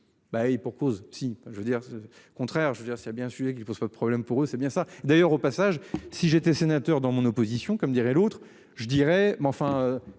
et pour cause, si je veux dire c'est contraire. Je veux dire, c'est bien un sujet qui ne pose pas de problème pour eux, c'est bien ça d'ailleurs au passage si j'étais sénateur dans mon opposition comme dirait l'autre, je dirais